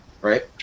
right